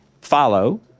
follow